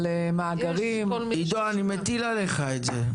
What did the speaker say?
על מאגרים --- עידן, אני מטיל עליך את זה.